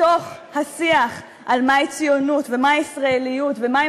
בתוך השיח על מהי ציונות ומהי ישראליות ומהי